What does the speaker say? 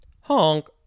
Honk